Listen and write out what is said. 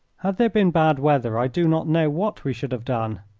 had there been bad weather i do not know what we should have done,